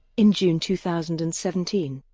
in june two thousand and seventeen,